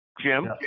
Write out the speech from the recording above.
Jim